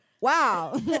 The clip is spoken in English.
Wow